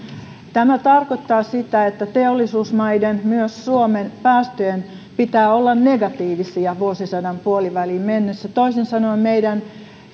tämä tarkoittaa sitä että teollisuusmaiden myös suomen päästöjen pitää olla negatiivisia vuosisadan puoliväliin mennessä toisin sanoen meidän